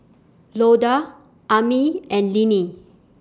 Loda Amie and Linnie